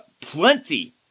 plenty